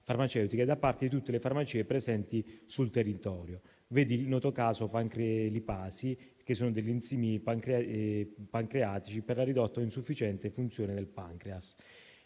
farmaceutiche da parte di tutte le farmacie presenti sul territorio: si veda il noto caso pancrelipasi, che sono degli enzimi pancreatici per la ridotta o insufficiente funzione del pancreas.